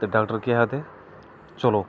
हा